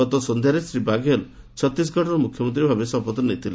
ଗତ ସନ୍ଧ୍ୟାରେ ଶ୍ରୀ ବାଘେଲ ଛତିଶଗଡ଼ର ମୁଖ୍ୟମନ୍ତ୍ରୀ ଭାବେ ଶପଥ ନେଇଥିଲେ